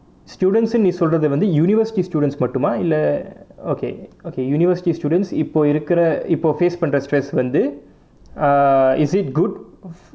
students னு நீ சொல்லுறது வந்து:nu nee sollurathu vanthu university students மட்டுமா இல்லை:mattumaa illai okay okay university students இப்போ இருக்குற இப்போ:ippo irukkura ippo face பண்ற:pandra stress வந்து:vanthu ah is it good